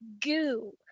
Goo